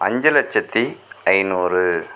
அஞ்சு லட்சத்து ஐநூறு